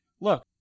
look